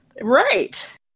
Right